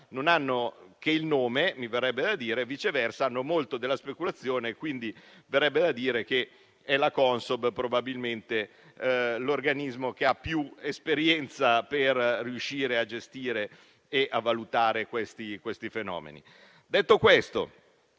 non hanno che il nome, mentre hanno molto della speculazione. Quindi, viene da dire che è la Consob probabilmente l'organismo che ha più esperienza per riuscire a gestire e a valutare questi fenomeni. Detto questo,